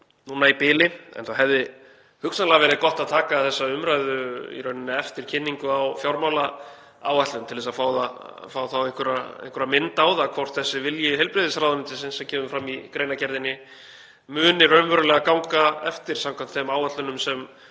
núna í bili, en það hefði hugsanlega verið gott að taka þessa umræðu í rauninni eftir kynningu á fjármálaáætlun til að fá einhverja mynd á það hvort þessi vilji heilbrigðisráðuneytisins sem kemur fram í greinargerðinni muni raunverulega ganga eftir samkvæmt þeim áætlunum sem